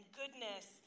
goodness